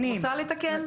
את רוצה לתקן?